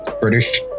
British